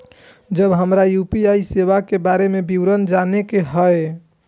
जब हमरा यू.पी.आई सेवा के बारे में विवरण जाने के हाय?